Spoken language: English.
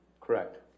Correct